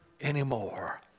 anymore